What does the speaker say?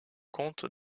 compte